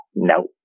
No